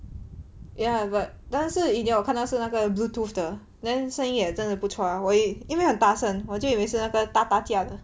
ya but 但是 in the end 我看到是那个 bluetooth 的 then 声音也真的不错 lah 因为很大声我就以为是那个大大架的